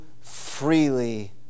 freely